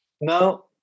Now